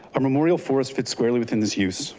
our memorial forest fits squarely within this use,